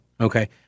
okay